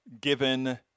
given